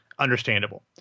Understandable